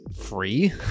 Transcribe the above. free